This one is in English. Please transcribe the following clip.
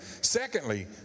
Secondly